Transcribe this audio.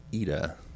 Ida